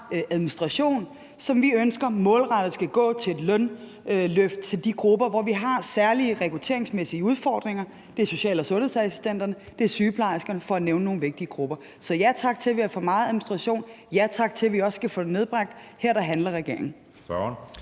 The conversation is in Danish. administration, som vi ønsker målrettet skal gå til et lønløft til de grupper, som vi har særlige rekrutteringsmæssige udfordringer med. Det er social- og sundhedsassistenterne, det er sygeplejerskerne – for at nævne nogle vigtige grupper. Så ja tak til, at vi har for meget administration, og ja tak til, at vi også skal få det nedbragt. Her handler regeringen.